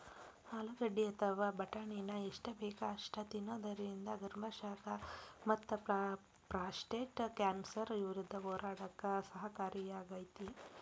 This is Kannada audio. ಆಲೂಗಡ್ಡಿ ಅಥವಾ ಬಟಾಟಿನ ಎಷ್ಟ ಬೇಕ ಅಷ್ಟ ತಿನ್ನೋದರಿಂದ ಗರ್ಭಾಶಯ ಮತ್ತಪ್ರಾಸ್ಟೇಟ್ ಕ್ಯಾನ್ಸರ್ ವಿರುದ್ಧ ಹೋರಾಡಕ ಸಹಕಾರಿಯಾಗ್ಯಾತಿ